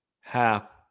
Hap